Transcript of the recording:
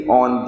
on